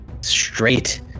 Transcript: straight